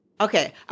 Okay